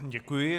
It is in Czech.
Děkuji.